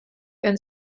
and